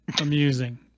amusing